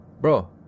bro